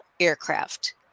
aircraft